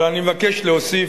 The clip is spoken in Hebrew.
אבל אני מבקש להוסיף,